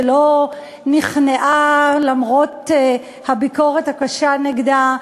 שלא נכנעה למרות הביקורת הקשה נגדה,